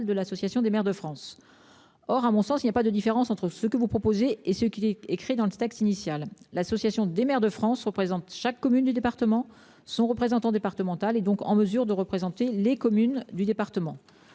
de l'Association des maires de France. Or, à mon sens il n'y a pas de différence entre ce que vous proposez et ce qui est écrit dans le texte initial. L'Association des maires de France représente chaque commune, du département, son représentant départemental et donc en mesure de représenter les communes du département.